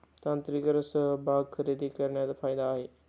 तांत्रिक समभाग खरेदी करण्यात फायदा आहे